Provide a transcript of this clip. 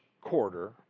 quarter